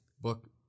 book